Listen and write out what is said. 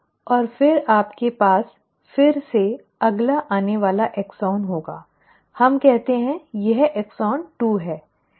और फिर आपके पास फिर से अगला आने वाला एक्सॉन होगा हम कहते हैं कि यह एक्सॉन 2 है